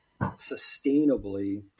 sustainably